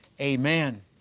Amen